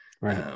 Right